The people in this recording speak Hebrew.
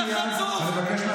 אני מבקש שתצא מייד.